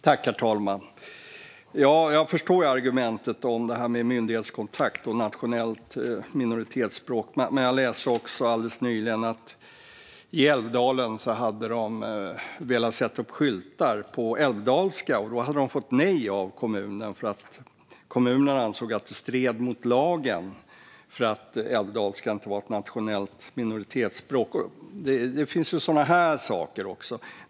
Herr talman! Ja, jag förstår argumentet om myndighetskontakt och nationellt minoritetsspråk. Men jag läste också alldeles nyligen att man i Älvdalen hade velat sätta upp skyltar på älvdalska men fått nej av kommunen, som ansåg att det stred mot lagen därför att älvdalska inte är ett nationellt minoritetsspråk. Det finns ju sådana saker också.